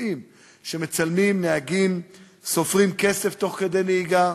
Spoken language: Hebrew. שנוסעים ומצלמים נהגים סופרים כסף תוך כדי נהיגה,